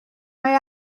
mae